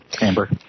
Amber